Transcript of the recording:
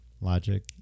logic